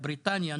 בריטניה,